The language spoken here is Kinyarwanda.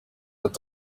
ati